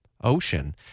ocean